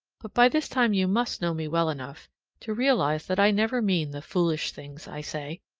but by this time you must know me well enough to realize that i never mean the foolish things i say.